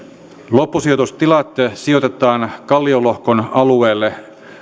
loppusijoitustilat sijoitetaan kalliolohkon alueelle